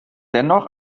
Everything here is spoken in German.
dennoch